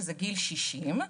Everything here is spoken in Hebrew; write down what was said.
שהוא גיל 60,